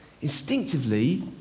Instinctively